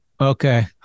okay